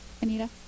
Anita